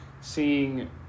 seeing